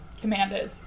commanders